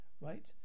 right